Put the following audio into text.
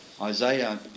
Isaiah